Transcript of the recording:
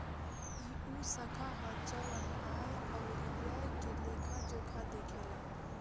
ई उ शाखा ह जवन आय अउरी व्यय के लेखा जोखा देखेला